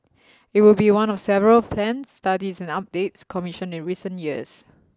it would be one of several plans studies and updates commissioned in recent years